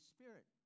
Spirit